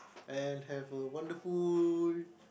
and have a wonderful